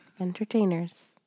Entertainers